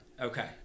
Okay